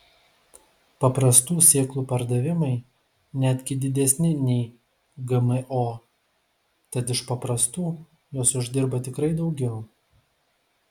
paprastų sėklų pardavimai netgi didesni nei gmo tad iš paprastų jos uždirba tikrai daugiau